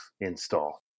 install